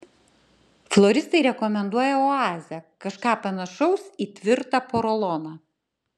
floristai rekomenduoja oazę kažką panašaus į tvirtą poroloną